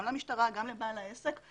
גם למשטרה וגם לבעל העסק.